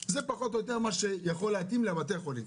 שזה פחות או יותר מה שיכול להתאים לבתי החולים.